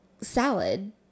salad